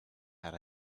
had